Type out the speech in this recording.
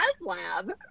lab